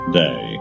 day